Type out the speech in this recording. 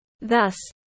Thus